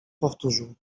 powtórzył